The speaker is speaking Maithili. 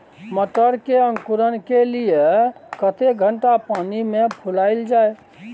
मटर के अंकुरण के लिए कतेक घंटा पानी मे फुलाईल जाय?